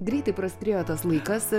greitai praskriejo tas laikas